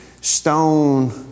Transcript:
stone